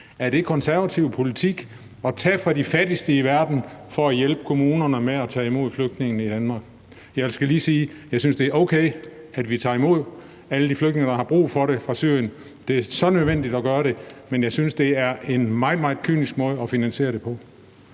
Er det konservativ politik at tage fra de fattigste i verden for at hjælpe kommunerne med at tage imod flygtningene i Danmark? Jeg skal lige sige, at jeg synes, det er okay, at vi tager imod alle de flygtninge fra Syrien, der har brug for det. Det er så nødvendigt at gøre det, men jeg synes, det er en meget, meget kynisk måde at finansiere det på.